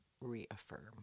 reaffirm